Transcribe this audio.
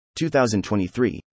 2023